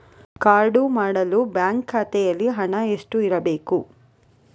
Card ಮಾಡಲು bank ಖಾತೆಯಲ್ಲಿ ಹಣ ಎಷ್ಟು ಇರಬೇಕು?